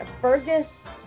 Fergus